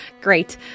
Great